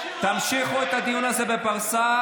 תמשיכו את הדיון הזה בפרסה.